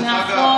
זה גם התלמוד,